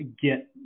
get